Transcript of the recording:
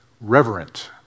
reverent